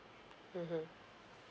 mmhmm